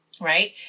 right